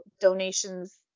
donations